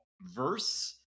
verse